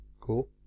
Cool